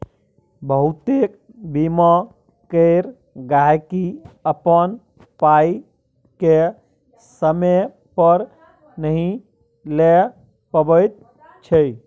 बहुतेक बीमा केर गहिंकी अपन पाइ केँ समय पर नहि लए पबैत छै